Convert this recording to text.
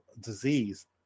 disease